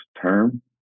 term